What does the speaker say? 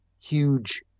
huge